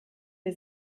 wir